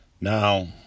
Now